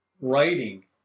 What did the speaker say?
writing